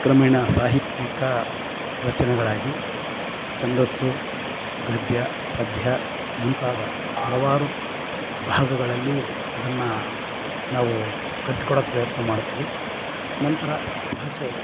ಕ್ರಮೇಣ ಸಾಹಿತ್ಯಿಕ ರಚನೆಗಳಾಗಿ ಛಂದಸ್ಸು ಗದ್ಯ ಪದ್ಯ ಮುಂತಾದ ಹಲವಾರು ಭಾಗಗಳಲ್ಲಿ ಅದನ್ನು ನಾವು ಕಟ್ಟಿ ಕೊಡೋಕ್ ಪ್ರಯತ್ನ ಮಾಡ್ತಿವಿ ನಂತರ ಆ ಭಾಷೆ